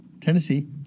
Tennessee